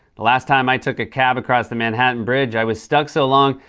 the last time i took a cab across the manhattan bridge, i was stuck so long,